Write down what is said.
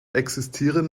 existieren